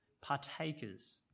partakers